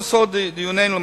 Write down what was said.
נושא דיוננו,